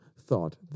thought